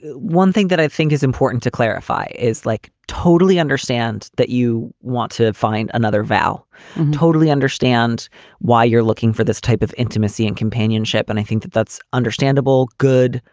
one thing that i think is important to clarify is like totally understand that you want to find another vow. i totally understand why you're looking for this type of intimacy and companionship. and i think that that's understandable. good.